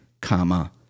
comma